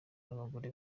n’abagore